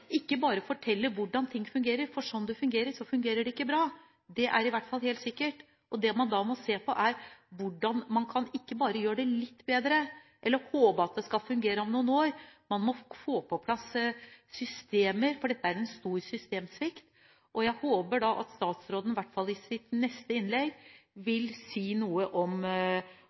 ikke bare fortelle hvordan ting fungerer, for sånn det fungerer, fungerer det ikke bra. Det er helt sikkert. Det man da må se på, er hvordan man ikke bare kan gjøre det litt bedre, eller håpe at det skal fungere om noen år, men få på plass systemer, for dette er en stor systemsvikt. Jeg håper at statsråden, iallfall i sitt neste innlegg, vil si noe litt mer konkret om